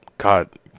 God